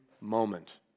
moment